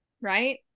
Right